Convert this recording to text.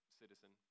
citizen